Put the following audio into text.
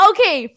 Okay